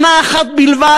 שנה אחת בלבד,